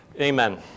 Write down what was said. Amen